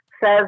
Says